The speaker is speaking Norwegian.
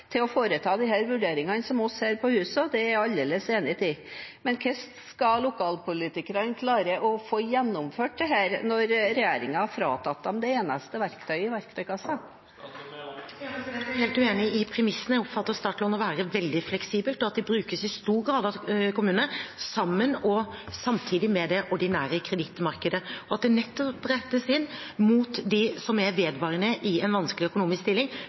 til å foreta disse vurderingene som oss her på huset, og det er jeg aldeles enig i. Men hvordan skal lokalpolitikerne klare å få gjennomført dette når regjeringen har fratatt dem det eneste verktøyet i verktøykassa? Jeg er helt uenig i premissene. Jeg oppfatter at startlån er veldig fleksibelt, at de brukes i stor grad av kommunene, samtidig med det ordinære kredittmarkedet, og at de rettes nettopp inn mot dem som er i en vedvarende vanskelig økonomisk stilling,